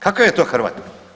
Kakav je to Hrvat?